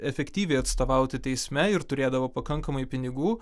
efektyviai atstovauti teisme ir turėdavo pakankamai pinigų